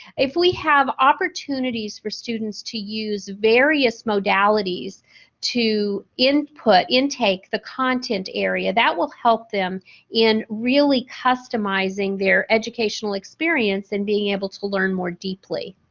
if we have opportunities for students to use various modalities to input in take the content area that will help them in really customizing their educational experience and being able to learn more deeply.